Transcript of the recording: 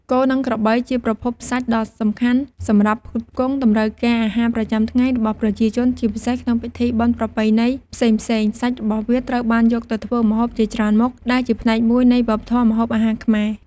គោ និងក្របីជាប្រភពសាច់ដ៏សំខាន់សម្រាប់ផ្គត់ផ្គង់តម្រូវការអាហារប្រចាំថ្ងៃរបស់ប្រជាជន ជាពិសេសក្នុងពិធីបុណ្យប្រពៃណីផ្សេងៗ សាច់របស់វាត្រូវបានយកទៅធ្វើម្ហូបជាច្រើនមុខ ដែលជាផ្នែកមួយនៃវប្បធម៌ម្ហូបអាហារខ្មែរ។